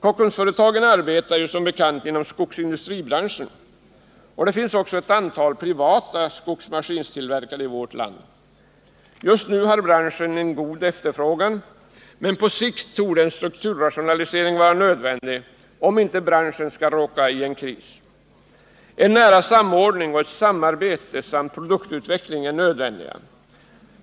Kockumsföretagen arbetar som bekant inom skogsindustribranschen, och det finns även ett antal privata skogsmaskinstillverkare i vårt land. Just nu har branschen god efterfrågan, men på sikt torde en strukturrationalisering vara nödvändig om inte branschen skall råka i kris. Nära samordning och samarbete samt produktutveckling är nödvändiga.